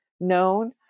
known